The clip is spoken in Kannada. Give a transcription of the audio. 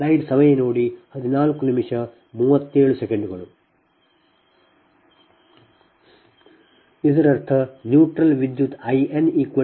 ಇದರರ್ಥ ನ್ಯೂಟ್ರಲ್ ವಿದ್ಯುತ್ I n I a I b I c